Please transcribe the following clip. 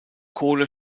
kohle